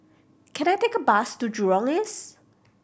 can I take a bus to Jurong East